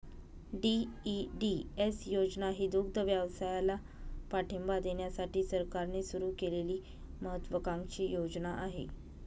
DEDS योजना ही दुग्धव्यवसायाला पाठिंबा देण्यासाठी सरकारने सुरू केलेली महत्त्वाकांक्षी योजना आहे